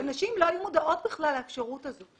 נשים לא היו מודעות בכלל לאפשרות הזאת,